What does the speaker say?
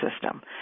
system